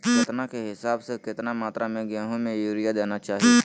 केतना के हिसाब से, कितना मात्रा में गेहूं में यूरिया देना चाही?